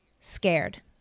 scared